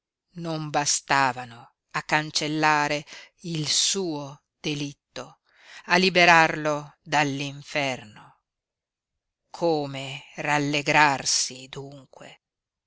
non bastavano a cancellare il suo delitto a liberarlo dall'inferno come rallegrarsi dunque